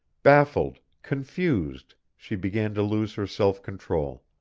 baffled, confused, she began to lose her self-control.